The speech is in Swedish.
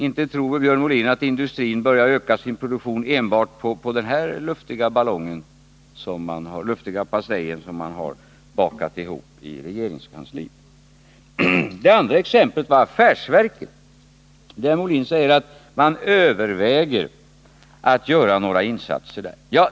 Inte tror väl Björn Molin att industrin börjar öka sin produktion enbart på grundval av den här luftiga pastejen, som man har bakat ihop i regeringskansliet? Det andra exemplet gällde affärsverken. Björn Molin säger att man överväger att göra några insatser där.